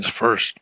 first